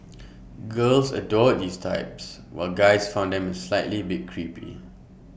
girls adored these types while guys found them A slight bit creepy